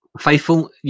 Faithful